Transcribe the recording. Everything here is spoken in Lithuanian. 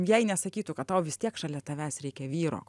jai nesakytų kad tau vis tiek šalia tavęs reikia vyro